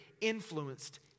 influenced